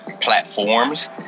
platforms